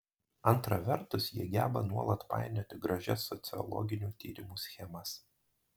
antra vertus jie geba nuolat painioti gražias sociologinių tyrimų schemas